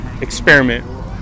experiment